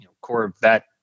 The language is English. Corvette